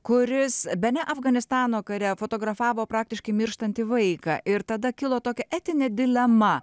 kuris bene afganistano kare fotografavo praktiškai mirštantį vaiką ir tada kilo tokia etinė dilema